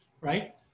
right